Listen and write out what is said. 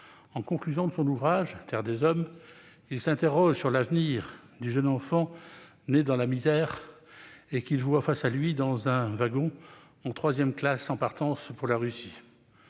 En conclusion de son ouvrage, le commandant Antoine de Saint-Exupéry s'interroge sur l'avenir du jeune enfant né dans la misère qu'il voit face à lui, dans un wagon de troisième classe en partance pour la Russie